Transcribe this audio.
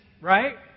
right